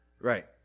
Right